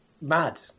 mad